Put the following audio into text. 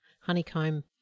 honeycomb